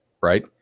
right